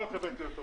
אותה?